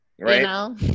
Right